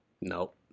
Nope